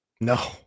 No